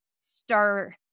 start